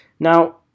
Now